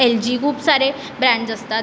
L G खूप सारे brands असतात